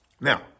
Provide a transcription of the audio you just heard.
Now